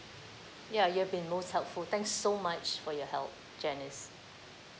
ya you have been most helpful thanks so much for your help janice